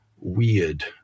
weird